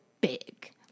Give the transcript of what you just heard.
big